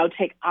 take